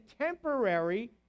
temporary